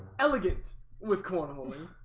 elegant with corner home.